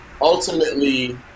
ultimately